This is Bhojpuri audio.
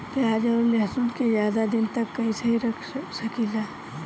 प्याज और लहसुन के ज्यादा दिन तक कइसे रख सकिले?